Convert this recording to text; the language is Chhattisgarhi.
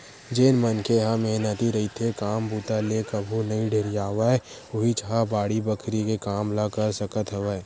जेन मनखे ह मेहनती रहिथे, काम बूता ले कभू नइ ढेरियावय उहींच ह बाड़ी बखरी के काम ल कर सकत हवय